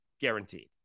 guaranteed